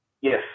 yes